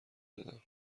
دادم